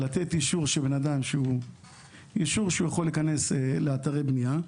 לתת אישור שאדם יכול להיכנס לאתרי בנייה.